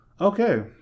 Okay